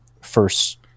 first